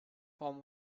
form